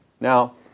Now